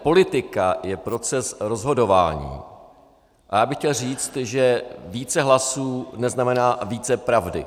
Politika je proces rozhodování a já bych chtěl říct, že více hlasů neznamená více pravdy.